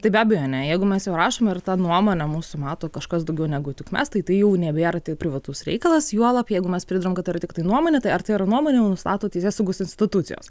tai be abejo ne jeigu mes jau rašom ir tą nuomonę mūsų mato kažkas daugiau negu tik mes tai tai jau nebėra tik privatus reikalas juolab jeigu mes pritariam kad tai yra tiktai nuomonė tai ar tai yra nuomonė jau nustato teisėsaugos institucijos